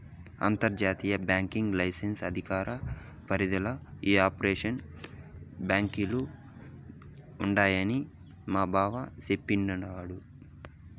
అంతర్జాతీయ banking license అధికార పరిదిల ఈ ఆప్షోర్ బాంకీలు ఉండాయని మాబావ సెప్పిన్నాడు